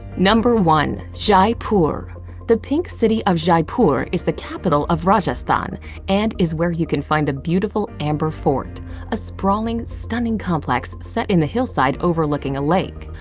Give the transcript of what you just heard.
number one. jaipur. the pink city of jaipur is the capital of rajasthan and is where you can find the beautiful amber fort a sprawling, stunning complex set in the hillside overlooking a lake.